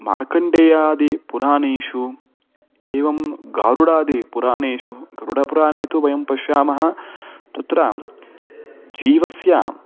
मार्कण्डेयादिपुराणेषु एवं गरुडादिपुराणेषु गरुडपुराणे तु वयं पश्यामः तत्र जीवस्य